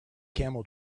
camel